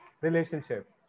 relationship